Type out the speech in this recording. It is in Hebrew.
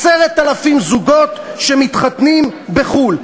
10,000 זוגות שמתחתנים בחו"ל,